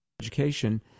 education